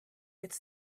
gets